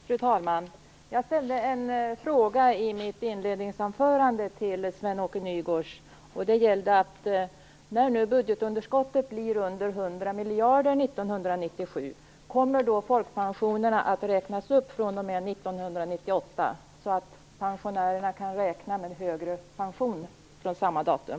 Fru talman! Jag ställde en fråga i mitt inledningsanförande till Sven-Åke Nygårds. När nu budgetunderskottet blir under 100 miljarder 1997, kommer då folkpensionerna att räknas upp från 1998, så att pensionärerna kan räkna med en högre pension från samma datum?